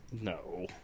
No